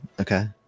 Okay